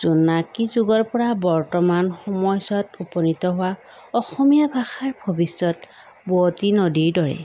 জোনাকী যুগৰ পৰা বৰ্ত্তমান সময়ছোৱাত উপনীত হোৱা অসমীয়া ভাষাৰ ভৱিষ্যত বোৱতী নদীৰ দৰে